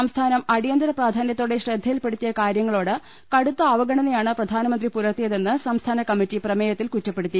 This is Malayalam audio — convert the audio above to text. സംസ്ഥാനം അടിയന്തിര പ്രാധാന്യത്തോടെ ശ്രദ്ധ യിൽപെടുത്തിയ കാര്യങ്ങളോട് കടുത്ത അവഗണനയാണ് പ്രധാനമന്ത്രി പുലർത്തിയതെന്ന് സംസ്ഥാനകമ്മിറ്റി പ്രമേയത്തിൽ കുറ്റപ്പെടുത്തി